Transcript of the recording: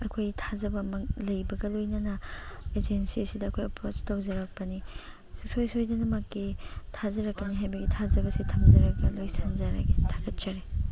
ꯑꯩꯈꯣꯏ ꯊꯥꯖꯕ ꯑꯃ ꯂꯩꯕꯒ ꯂꯣꯏꯅꯅ ꯑꯦꯖꯦꯟꯁꯤ ꯑꯁꯤꯗ ꯑꯩꯈꯣꯏ ꯑꯦꯄ꯭ꯔꯣꯁ ꯇꯧꯖꯔꯛꯄꯅꯤ ꯁꯨꯡꯁꯣꯏ ꯁꯣꯏꯗꯅꯃꯛꯀꯤ ꯊꯥꯖꯔꯛꯀꯅꯤ ꯍꯥꯏꯕꯒꯤ ꯊꯥꯖꯕꯁꯤ ꯊꯝꯖꯔꯒ ꯂꯣꯏꯁꯤꯟꯖꯔꯒꯦ ꯊꯥꯒꯠꯆꯔꯤ